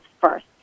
first